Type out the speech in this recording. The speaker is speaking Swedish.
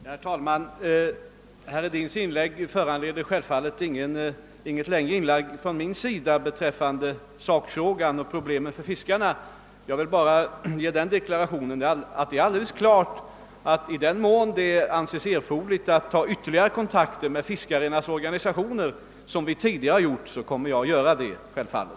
Herr talman! Herr Hedins anförande föranleder självfallet inte något längre inlägg av mig i sakfrågan rörande fiskarnas problem. Jag vill bara göra den deklarationen att i den mån det anses erforderligt att ta ytterligare kontakter med fiskarnas organisationer utöver de tidigare, kommer jag självfallet att göra det.